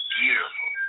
beautiful